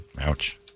Ouch